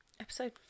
Episode